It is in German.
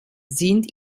sind